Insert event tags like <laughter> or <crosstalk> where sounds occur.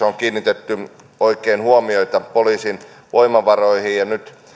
<unintelligible> on kiinnitetty oikein huomiota poliisin voimavaroihin ja nyt